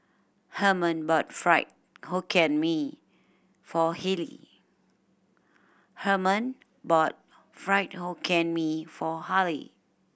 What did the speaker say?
Herman bought Fried Hokkien Mee for Harley